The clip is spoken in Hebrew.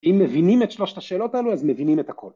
‫אם מבינים את שלוש השאלות האלו, ‫אז מבינים את הכול.